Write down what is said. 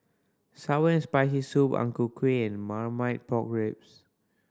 sour and Spicy Soup Ang Ku Kueh and Marmite Pork Ribs